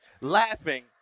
laughing